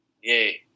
Yay